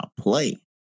play